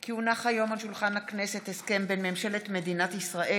כי הונח היום על שולחן הכנסת הסכם בין ממשלת מדינת ישראל